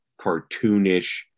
cartoonish